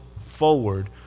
forward